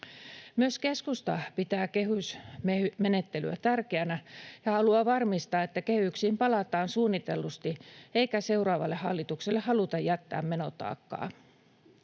Myös keskusta pitää kehysmenettelyä tärkeänä ja haluaa varmistaa, että kehyksiin palataan suunnitellusti, eikä seuraavalle hallitukselle haluta jättää menotaakkaa.